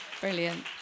Brilliant